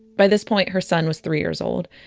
by this point, her son was three years old,